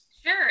Sure